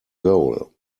goal